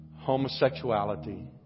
Homosexuality